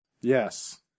Yes